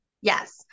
Yes